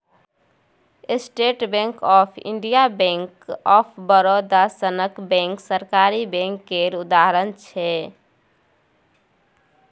state bank of India, bank of Baroda सनक bank सरकारी bank केर उदाहरण छै